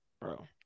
bro